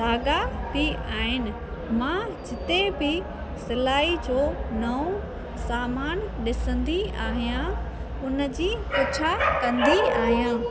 धाॻा बि आहिनि मां जिते बि सिलाई जो नओं सामानु ॾिसंदी आहियां हुनजी पुछा कंदी आहियां